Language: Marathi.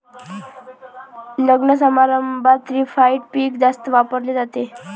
लग्नसमारंभात रिफाइंड पीठ जास्त वापरले जाते